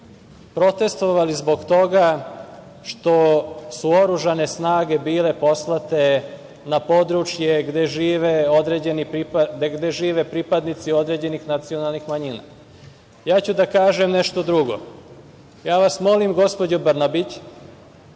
protestvovali zbog toga što su oružane snage bile poslate na područje gde žive pripadnici određenih nacionalnih manjina. Ja ću da kažem nešto drugo. Gospođo Brnabić,